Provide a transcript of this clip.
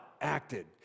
acted